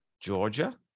Georgia